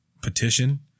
petition